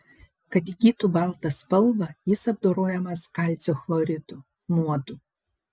kad įgytų baltą spalvą jis apdorojamas kalcio chloridu nuodu